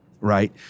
right